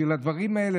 בשביל הדברים האלה,